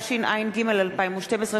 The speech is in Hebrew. התשע"ג 2012,